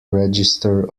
register